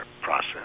process